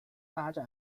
发展